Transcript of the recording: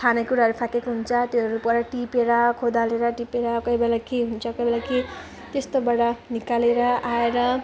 खानेकुराहरू फ्याँकेको हुन्छ त्योहरूबाट टिपेर खोदालेर टिपेर कोही बेला के हुन्छ कोही बेला कि त्यस्तोबाट निकालेर आएर